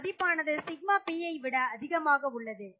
இந்த மதிப்பானது σPஐ விட அதிகமாக உள்ளது